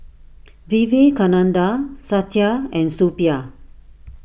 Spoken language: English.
Vivekananda Satya and Suppiah